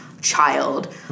child